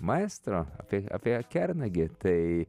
maestro tai apie kernagį tai